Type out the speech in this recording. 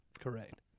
correct